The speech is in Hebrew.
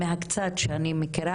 מהקצת שאני מכירה,